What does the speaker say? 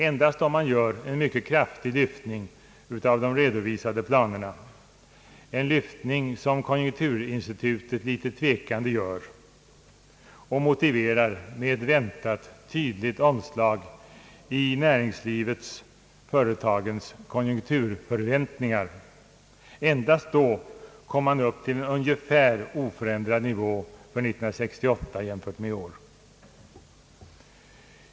Endast om man gör en kraftig lyftning av de redovisade planerna — en lyftning som konjunkturinstitutet litet tvekande gör, och motiverar med väntat tydligt omslag i företagens konjunkturförväntningar — endast då kommer man upp till ungefär oförändrad nivå för 1968 jämfört med i år.